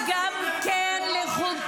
חלק מההפיכה השלטונית שמיושמת עכשיו גם בחלק